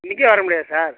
இன்னைக்கே வர முடியாதா சார்